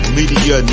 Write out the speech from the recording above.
Media